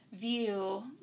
view